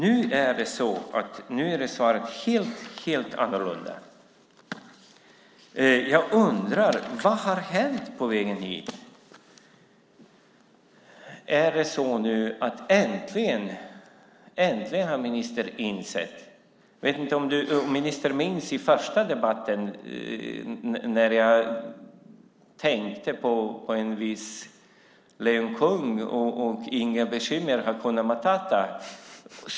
Nu är svaret helt annorlunda. Jag undrar: Vad har hänt på vägen hit? Har ministern äntligen kommit till insikt? Jag vet inte om ministern minns första debatten där jag sade att jag tänkte på en viss lejonkung som inte hade några bekymmer, Hakuna Matata.